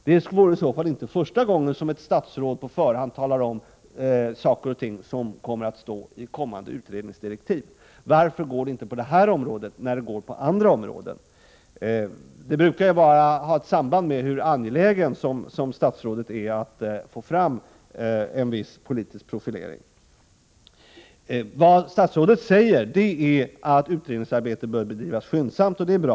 Det vore i så fall inte första gången som ett statsråd på förhand talar om saker och ting som kommer att stå i kommande utredningsdirektiv. Varför går det inte på detta område när det går på andra områden? Det brukar ha ett samband med hur angelägen statsrådet är att få fram en viss politisk profilering. Jordbruksministern säger att utredningsarbetet ”bör bedrivas skyndsamt”, och det är bra.